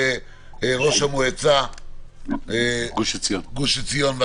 ראש המועצה גוש עציון.